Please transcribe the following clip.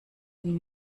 den